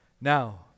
Now